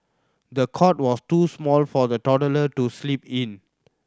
the cot was too small for the toddler to sleep in